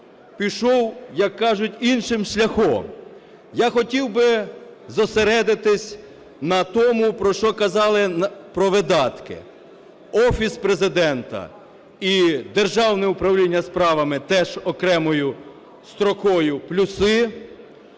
пішов, як кажуть, іншим шляхом. Я хотів би зосередитись на тому, про що казали, про видатки. Офіс Президента і Державне управління справами – теж окремою строкою плюси,